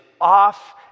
off